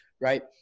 right